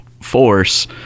force